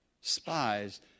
spies